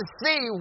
see